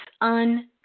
un